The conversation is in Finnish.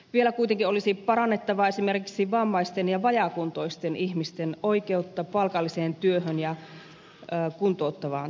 vielä kuitenkin olisi parannettava esimerkiksi vammaisten ja vajaakuntoisten ihmisten oikeutta palkalliseen työhön ja kuntouttavaan työtoimintaan